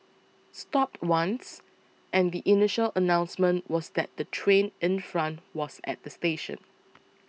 stopped once and the initial announcement was that the train in front was at the station